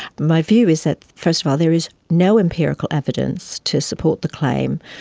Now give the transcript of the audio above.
my view is that first of all there is no empirical evidence to support the claim,